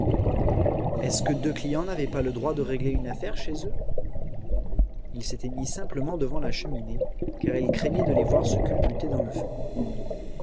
est-ce que deux clients n'avaient pas le droit de régler une affaire chez eux il s'était mis simplement devant la cheminée car il craignait de les voir se culbuter dans le feu